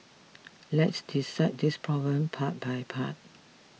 let's dissect this problem part by part